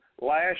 last